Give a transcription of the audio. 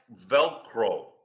Velcro